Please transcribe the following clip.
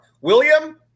William